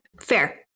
Fair